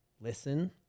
listen